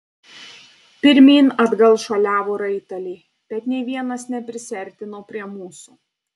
pirmyn atgal šuoliavo raiteliai bet nė vienas neprisiartino prie mūsų